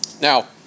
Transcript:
Now